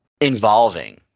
involving